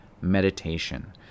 meditation